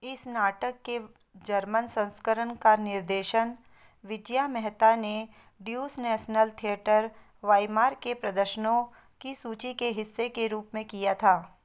इस नाटक के जर्मन संस्करण का निर्देशन विजया मेहता ने ड्यूस नैसनल थियेटर वाइमार के प्रदर्शनों की सूची के हिस्से के रूप में किया था